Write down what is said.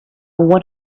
want